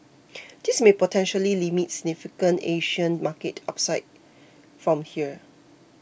this may potentially limit significant Asian market upside from here